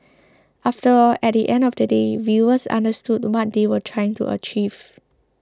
after all at the end of the day viewers understood what they were trying to achieve